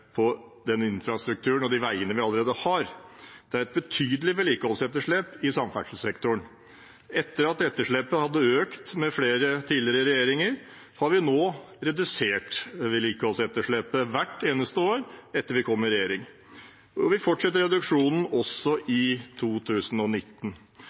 på den infrastrukturen og de veiene vi allerede har. Det er et betydelig vedlikeholdsetterslep i samferdselssektoren. Etter at etterslepet hadde økt under tidligere regjeringer, har vi nå redusert vedlikeholdsetterslepet hvert eneste år etter at vi kom i regjering. Vi fortsetter reduksjonen også